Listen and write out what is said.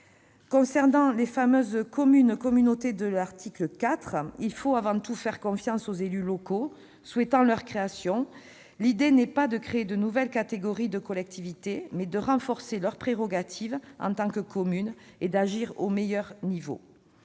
Concernant les fameuses communes-communautés de l'article 4, il faut avant tout faire confiance aux élus locaux souhaitant leur création. L'idée n'est pas de créer de nouvelles catégories de collectivités, mais de renforcer leurs prérogatives en tant que communes et d'agir au meilleur niveau.